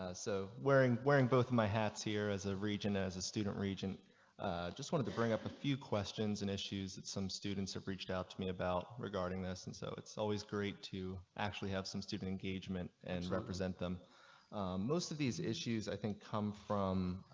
so wearing wearing both my hats here as a region as a student region just wanted to bring up a few questions and issues that some students have reached out to me about regarding this. and so it's always great to. actually have some steven engagement and represent them most of these issues. i think come from.